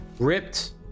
ripped